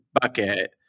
bucket